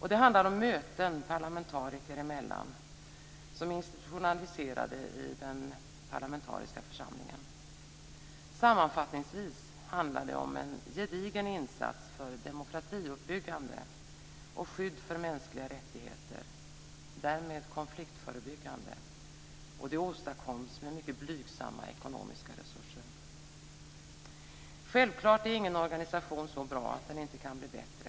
Det handlar om möten parlamentariker emellan som är institutionaliserade i den parlamentariska församlingen. Sammanfattningsvis är det fråga om en gedigen insats för demokratiuppbyggande och till skydd för mänskliga rättigheter, vilken därmed är konfliktförebyggande. Den åstadkoms med mycket blygsamma ekonomiska resurser. Självklart är ingen organisation så bra att den inte kan bli bättre.